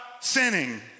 sinning